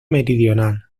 meridional